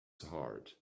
heart